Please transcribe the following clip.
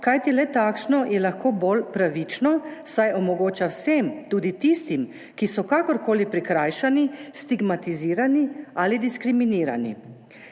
kajti le takšno je lahko bolj pravično, saj je omogočeno vsem, tudi tistim, ki so kakorkoli prikrajšani, stigmatizirani ali diskriminirani.